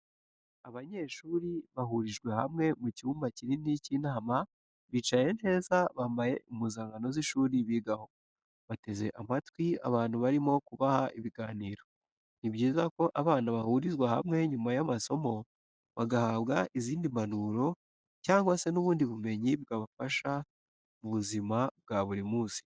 Abanyeshuri bahurijwe hamwe mu cyumba kinini cy'inama bicaye neza bambaye impuzankano z'ishuri bigaho, bateze amatwi abantu barimo kubaha ibiganiro, ni byiza ko abana bahurizwa hamwe nyuma y'amasomo bagahabwa izindi mpanuro cyangwa se n'ubundi bumenyi bwabafasha mu buzima bwa buri munsi.